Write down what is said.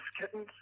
kittens